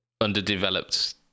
underdeveloped